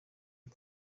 bin